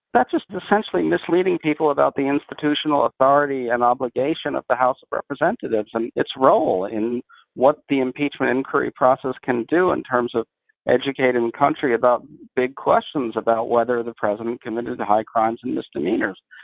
that's just essentially misleading people about the institutional authority and obligation of the house of representatives and its role in what the impeachment inquiry process can do in terms of educating the country about big questions about whether the president committed high crimes and misdemeanors.